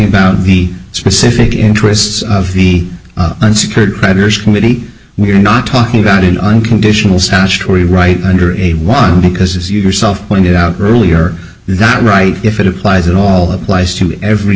about the specific interests of the unsecured creditors committee we're not talking about in unconditional statutory right under eighty one because as you yourself pointed out earlier the right if it applies in all applies to every